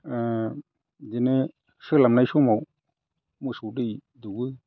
बिदिनो सोलाबनाय समाव मोसौ दै दौओ